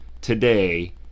today